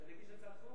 שאני אגיש הצעת חוק?